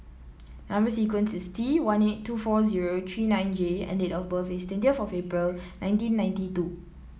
number sequence is T one eight two four zero three nine J and date of birth is twenty of April nineteen ninety two